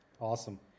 Awesome